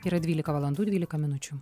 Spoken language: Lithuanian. yra dvylika valandų dvylika minučių